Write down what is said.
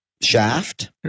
shaft